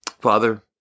Father